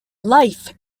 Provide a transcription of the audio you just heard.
life